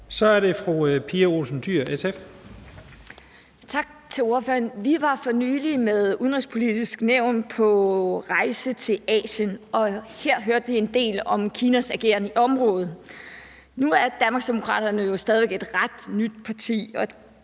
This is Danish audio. SF. Kl. 15:11 Pia Olsen Dyhr (SF): Tak til ordføreren. Vi var for nylig med Det Udenrigspolitiske Nævn på rejse til Asien, og her hørte vi en del om Kinas ageren i området. Nu er Danmarksdemokraterne stadig væk et ret nyt parti,